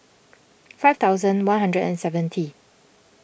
five thousand one hundred and seventy